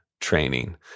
training